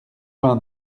vingt